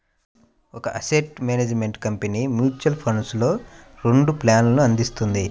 ఒక asset management company mutual ఫండ్స్లో రెండు ప్లాన్లను అందిస్తుంది